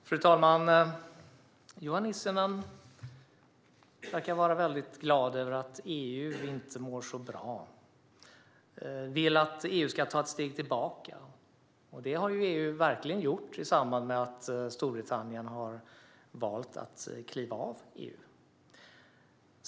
Fru talman! Johan Nissinen verkar vara väldigt glad över att EU inte mår så bra. Han vill att EU ska ta ett steg tillbaka, vilket EU verkligen har gjort i samband med att Storbritannien har valt att kliva ur EU.